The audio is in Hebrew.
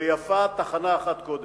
ויפה תחנה אחת קודם.